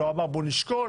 לא אמר "בוא נשקול",